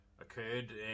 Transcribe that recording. occurred